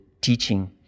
teaching